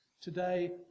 Today